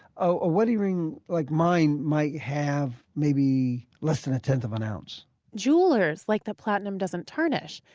ah a wedding ring like mine might have maybe less than a tenth of an ounce jewelers like that platinum doesn't tarnish.